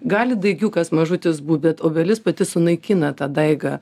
gali daigiukas mažutis būt bet obelis pati sunaikina tą daigą